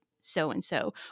so-and-so